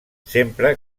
sempre